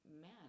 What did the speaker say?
men